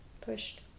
pushed